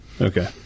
Okay